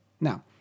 Now